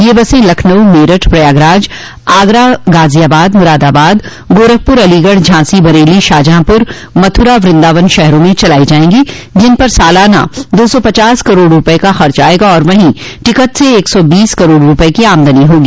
ये बसें लखनऊ मेरठ प्रयागराज आगरा गाजियाबाद मुरादाबाद गोरखपुर अलीगढ़ झांसी बरेली शाहजहांपुर मथुरा व्रन्दावन शहरों मे चलायी जायेंगी जिन पर सालाना दो सौ पचास करोड़ रूपये का खर्च आयेगा और वहीं टिकट से एक सौ बीस करोड़ रूपये की आमदनी होगी